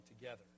together